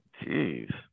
Jeez